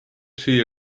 süüa